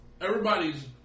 Everybody's